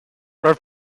the